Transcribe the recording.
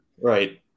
Right